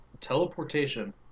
Teleportation